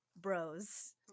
bros